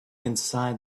inside